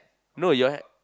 no your hand